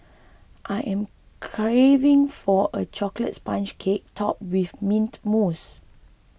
I am craving for a Chocolate Sponge Cake Topped with Mint Mousse